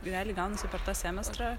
realiai gaunasi per tą semestrą